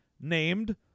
named